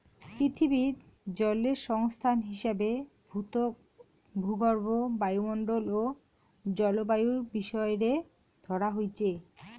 পিথীবিত জলের সংস্থান হিসাবে ভূত্বক, ভূগর্ভ, বায়ুমণ্ডল ও জলবায়ুর বিষয় রে ধরা হইচে